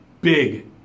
big